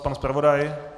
Pan zpravodaj?